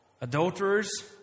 adulterers